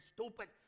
stupid